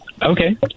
Okay